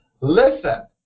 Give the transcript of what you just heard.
listen